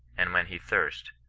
and when he thirst,